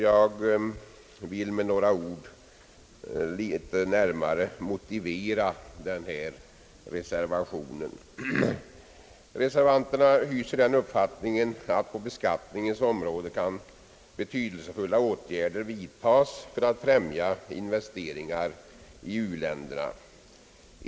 Jag vill med några ord litet närmare motivera denna reservation. Reservanterna hyser den uppfattningen att betydelsefulla åtgärder kan vidtas på beskattningens område för att främja investeringar i u-länderna.